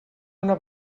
una